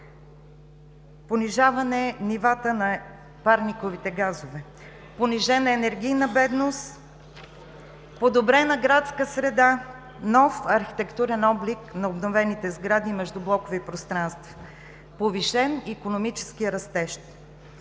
понижаване нивата на парниковите газове; понижена енергийна бедност; подобрена градска среда; нов архитектурен облик на обновените сгради и междублокови пространства; повишен икономически растеж.